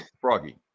froggy